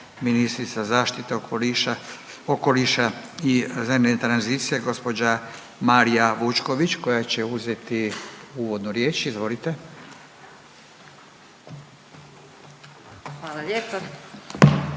ministrica zaštite okoliša i zelene tranzicije, gđa Marija Vučković, koja će uzeti uvodnu riječ, izvolite. **Vučković,